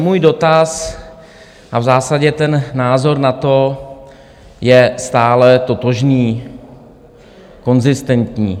Můj dotaz a v zásadě ten názor na to je stále totožný, konzistentní.